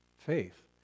Faith